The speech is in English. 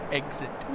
exit